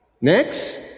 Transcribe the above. Next